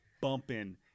bumping